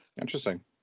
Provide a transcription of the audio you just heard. Interesting